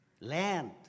Land